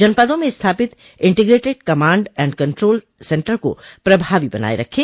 जनपदों में स्थापित integrated command and control centre को प्रभावी बनाये रखें